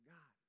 God